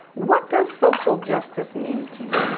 what does social justice mean to you?